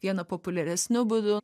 vieną populiaresniu būdu